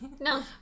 No